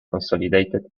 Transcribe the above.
consolidated